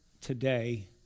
today